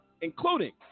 including